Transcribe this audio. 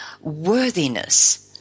worthiness